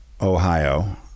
Ohio